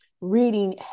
Reading